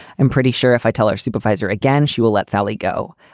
i'm pretty sure if i tell her supervisor again, she will let sally go.